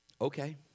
Okay